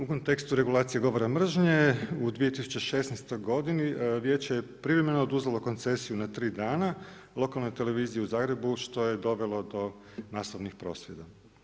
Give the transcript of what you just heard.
U kontekstu regulacije govora mržnje u 2016. godini vijeće je privremeno oduzelo koncesiju na tri dana lokalnoj televiziji u Zagrebu što je dovelo do … prosvjeda.